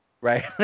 Right